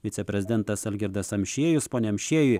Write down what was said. viceprezidentas algirdas amšiejus pone amšieji